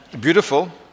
beautiful